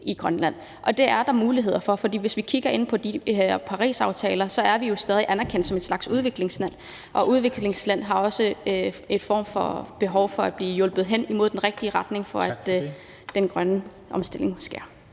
i Grønland. Og det er der mulighed for, for hvis vi kigger i Parisaftalen, er vi jo stadig væk anerkendt som en slags udviklingsland, og udviklingslande har også en form for behov for at blive hjulpet i den rigtige retning, for at den grønne omstilling sker.